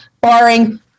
barring